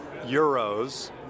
euros